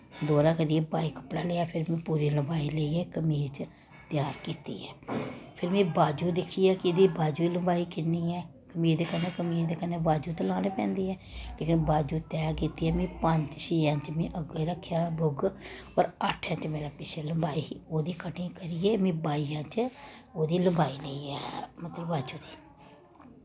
दोह्रा करियै बाई कपड़ा लेआ फिर में पूरा लम्बाई लेईयै कमीज त्यार कीती ऐ फिर में बाजू दिक्खी ऐ एह्दी बाजू दी लम्बाई किन्नी ऐं कमीजा दे कन्ने बाजू ते लानी पौंदी ऐ लेकिन बाजू तैह् कीती ऐ में पंद छे इंच में अग्गें रक्खेआ बोग्ग पर अट्ठ इंच मेरा पिच्छें लम्बाई ही ओह्दी कटिंग